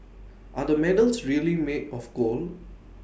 are the medals really made of gold